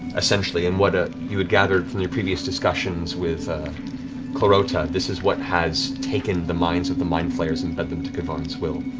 essentially, and what ah you had gathered from your previous discussions with ah clarota, this is what has taken the minds of the mind flayers and bent them to k'varn's will.